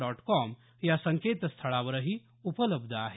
dot com या संकेतस्थळावरही उपलब्ध आहे